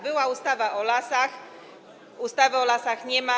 Była ustawa o lasach, ustawy o lasach nie ma.